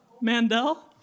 Mandel